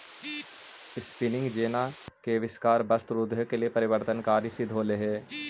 spinning jenny के आविष्कार वस्त्र उद्योग के लिए परिवर्तनकारी सिद्ध होले हई